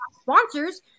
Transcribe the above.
sponsors